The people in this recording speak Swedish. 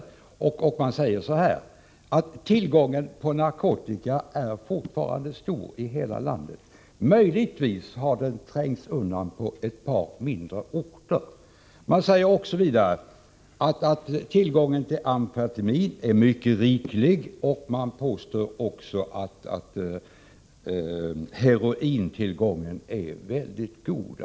Enligt deras uttalanden är tillgången på narkotika fortfarande stor i hela landet. Möjligtvis har den trängts undan på ett par mindre orter. De säger vidare att tillgången på amfetamin är mycket riklig och påstår att herointillgången är väldigt god.